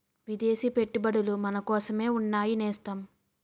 విదేశీ పెట్టుబడులు మనకోసమే ఉన్నాయి నేస్తం